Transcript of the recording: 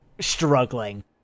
struggling